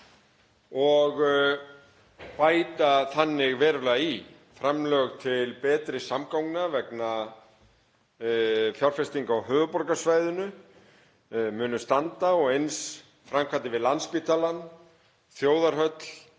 og bæta þannig verulega í. Framlög til Betri samgangna vegna fjárfestinga á höfuðborgarsvæðinu munu standa og eins framkvæmdir við Landspítalann, þjóðarhöll